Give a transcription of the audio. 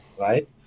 right